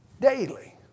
daily